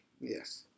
Yes